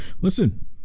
Listen